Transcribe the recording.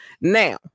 Now